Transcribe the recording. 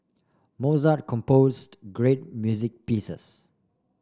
Mozart composed great music pieces